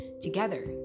together